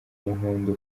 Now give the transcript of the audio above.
umuhondo